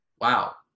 wow